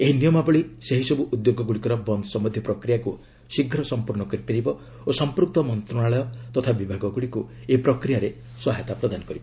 ଏହି ନିୟମାବଳୀ ସେହିସବୁ ଉଦ୍ୟୋଗଗୁଡ଼ିକର ବନ୍ଦ୍ ସମ୍ୟନ୍ଧୀୟ ପ୍ରକ୍ରିୟାକୁ ଶୀଘ୍ର ସମ୍ପର୍ଷ କରିପାରିବ ଓ ସମ୍ପୁକ୍ତ ମନ୍ତ୍ରଣାଳୟ ତଥା ବିଭାଗଗୁଡ଼ିକୁ ଏହି ପ୍ରକ୍ରିୟାରେ ସହାୟତା କରିବ